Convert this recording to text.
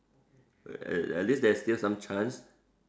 uh at at least there is still some chance